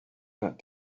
that